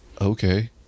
Okay